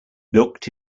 looked